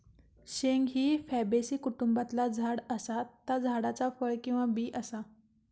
शेंग ही फॅबेसी कुटुंबातला झाड असा ता झाडाचा फळ किंवा बी असा